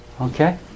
Okay